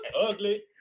Ugly